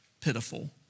pitiful